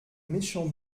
méchant